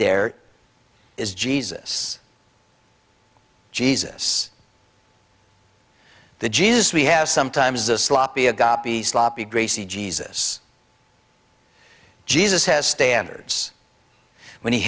there is jesus jesus the jesus we have sometimes a sloppy a got the sloppy greasy jesus jesus has standards when he